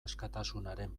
askatasunaren